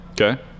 Okay